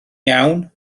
iawn